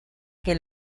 que